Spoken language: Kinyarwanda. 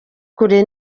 kure